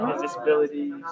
disabilities